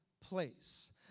place